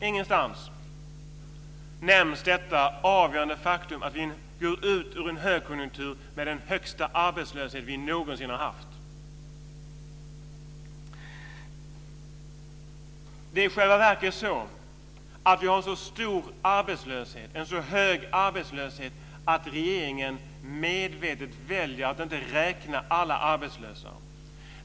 Ingenstans nämns det avgörande faktum att vi går ut ur en högkonjunktur med den högsta arbetslöshet som vi någonsin har haft. Det är i själva verket så att vi har en så hög arbetslöshet att regeringen medvetet väljer att inte räkna alla arbetslösa.